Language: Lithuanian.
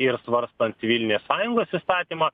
ir svarstant civilinės sąjungos įstatymą